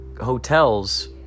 hotels